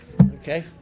Okay